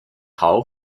hole